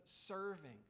serving